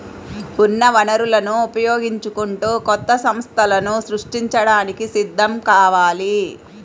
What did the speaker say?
ఉన్న వనరులను ఉపయోగించుకుంటూ కొత్త సంస్థలను సృష్టించడానికి సిద్ధం కావాలి